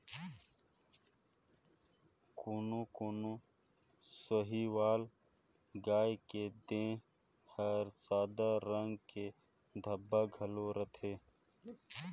कोनो कोनो साहीवाल गाय के देह हर सादा रंग के धब्बा घलो रहथे